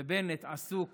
ובנט עסוק